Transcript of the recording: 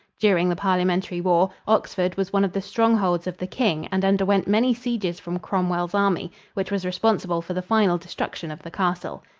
during the parliamentary war, oxford was one of the strongholds of the king and underwent many sieges from cromwell's army which was responsible for the final destruction of the castle.